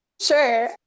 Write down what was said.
Sure